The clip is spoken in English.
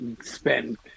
spend